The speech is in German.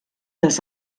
das